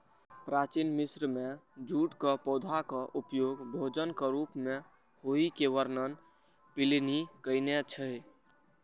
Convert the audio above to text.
प्राचीन मिस्र मे जूटक पौधाक उपयोग भोजनक रूप मे होइ के वर्णन प्लिनी कयने छै